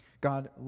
God